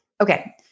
okay